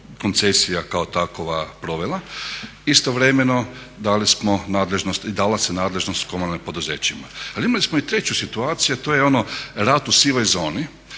koncesija kao takva provela. Istovremeno dala se nadležnost komunalnim poduzećima. Ali imali smo i treću situaciju, a to je ono rad u sivoj zoni